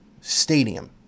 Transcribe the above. stadium